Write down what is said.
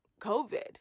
COVID